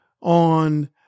on